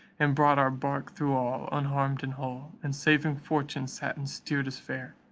and brought our bark thro' all, unharmed in hull and saving fortune sat and steered us fair,